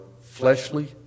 fleshly